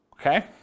Okay